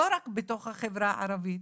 לא רק בתוך החברה הערבית,